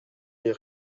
les